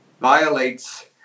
violates